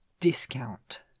discount